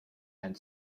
and